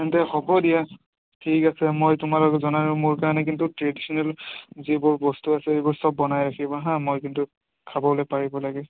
তেন্তে হ'ব দিয়া ঠিক আছে মই তোমালোকক জনালোঁ মোৰ কাৰণে কিন্তু ট্ৰেডিচনেল যিবোৰ বস্তু আছে সেইবোৰ চব বনাই ৰাখিবা হাঁ মই কিন্তু খাবলৈ পাৰিব লাগে